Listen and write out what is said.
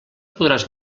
podràs